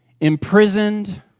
imprisoned